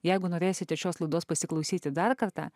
jeigu norėsite šios laidos pasiklausyti dar kartą